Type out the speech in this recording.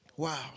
Wow